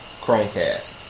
Chromecast